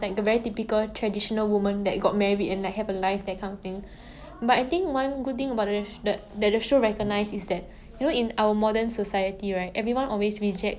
but I think one good thing about it is that the show recognise that it recognizes meg right that it's her own choice to become a someone's wife like just because you like prefer traditional role does not make you